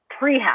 prehab